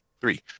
three